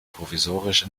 provisorisch